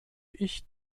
ich